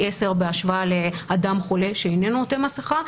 עשרה בהשוואה לאדם חולה שאיננו עוטה מסכה,